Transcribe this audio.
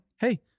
hey